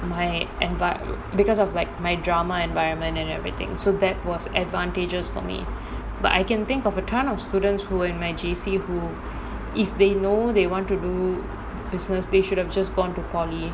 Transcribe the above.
my envir~ because of like my drama environment and everything so that was advantageous for me but I can think of a ton of students who were in my J_C who if they know they want to do business they should have just gone to polytechnic